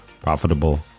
profitable